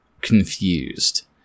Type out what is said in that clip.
confused